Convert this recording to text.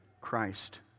Christ